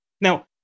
Now